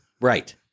Right